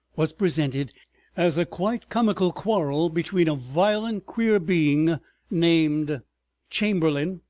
was presented as a quite comical quarrel between a violent queer being named chamberlain,